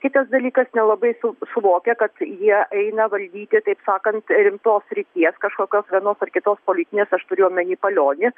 kitas dalykas nelabai suvokia kad jie eina valdyti taip sakant rimtos srities kažkokios vienos ar kitos politinės aš turiu omeny palionį